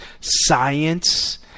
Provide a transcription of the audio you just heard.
science